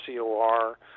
COR